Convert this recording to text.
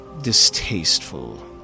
distasteful